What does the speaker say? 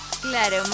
Claro